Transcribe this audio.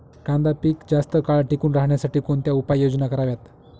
कांदा पीक जास्त काळ टिकून राहण्यासाठी कोणत्या उपाययोजना कराव्यात?